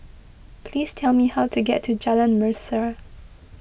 please tell me how to get to Jalan Mesra